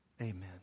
Amen